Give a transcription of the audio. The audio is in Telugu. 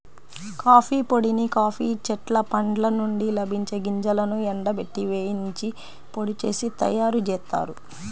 కాఫీ పొడిని కాఫీ చెట్ల పండ్ల నుండి లభించే గింజలను ఎండబెట్టి, వేయించి పొడి చేసి తయ్యారుజేత్తారు